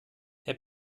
herr